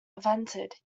invented